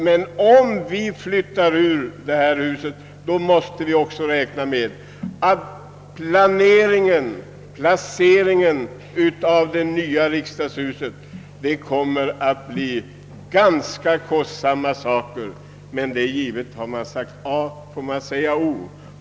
Men om vi flyttar ur detta hus måste vi räkna med att planeringen och placeringen av det nya riksdagshuset blir kostsamma. Har man sagt A måste man emellertid säga B.